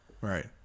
right